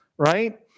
right